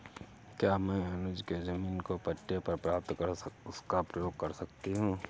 क्या मैं अनुज के जमीन को पट्टे पर प्राप्त कर उसका प्रयोग कर सकती हूं?